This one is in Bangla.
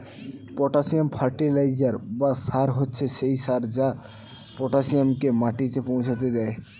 পটাসিয়াম ফার্টিলাইজার বা সার হচ্ছে সেই সার যা পটাসিয়ামকে মাটিতে পৌঁছাতে দেয়